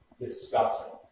discussing